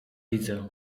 widzę